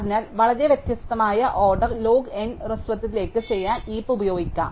അതിനാൽ വളരെ വ്യത്യസ്തമായ ഓർഡർ log n ഹ്രസ്വ സ്ഥലത്ത് ചെയ്യാൻ ഹീപ് ഉപയോഗിക്കാം